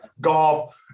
golf